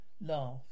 Laugh